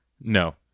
No